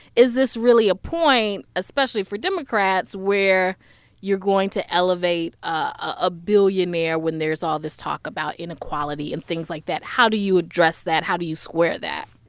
is this really a point, especially for democrats, where you're going to elevate a billionaire when there's all this talk about inequality and things like that? how do you address that? how do you square that?